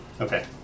Okay